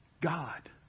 God